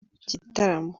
gitaramo